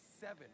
seven